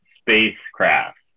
spacecraft